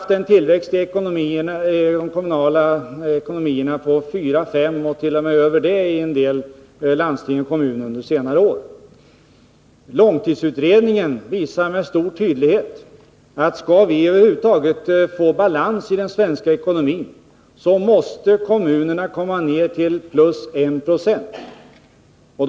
Tillväxten i de kommunala ekonomierna har legat på 4 å 5 90 och t.o.m. över det i en del landsting och kommuner under senare år. Långtidsutredningar visar med stor tydlighet att om vi över huvud taget skall få balans i den svenska ekonomin måste kommunernas tillväxt stanna vid plus 1 96.